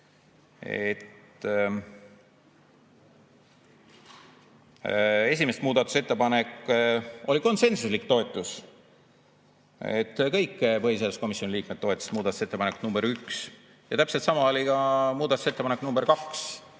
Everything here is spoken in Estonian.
Esimene muudatusettepanek – oli konsensuslik toetus, kõik põhiseaduskomisjoni liikmeid toetasid muudatusettepanekut nr 1. Ja täpselt sama oli ka muudatusettepanekuga nr 2.